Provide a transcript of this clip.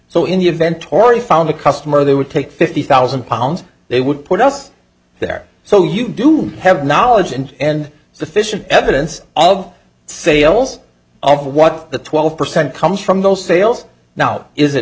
so in the event tori found a customer they would take fifty thousand pounds they would put us there so you do have knowledge and in sufficient evidence of sales of what the twelve percent comes from those sales now is it